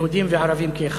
יהודים וערבים כאחד.